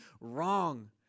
wrong